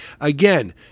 again